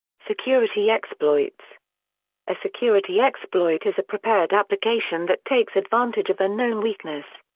security exploits a security exploit is a prepared application that takes advantage of a known weakness.